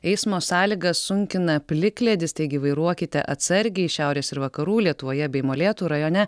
eismo sąlygas sunkina plikledis taigi vairuokite atsargiai šiaurės ir vakarų lietuvoje bei molėtų rajone